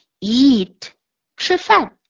eat,吃饭